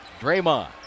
Draymond